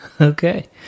okay